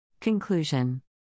Conclusion